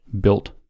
built